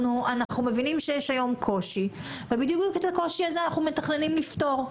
אנחנו מבינים שיש היום קושי ובדיוק את הקושי הזה אנחנו מתכננים לפתור.